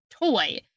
toy